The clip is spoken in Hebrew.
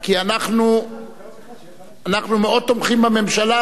כי אנחנו מאוד תומכים בממשלה,